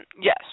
Yes